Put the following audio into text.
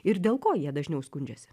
ir dėl ko jie dažniau skundžiasi